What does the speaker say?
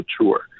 mature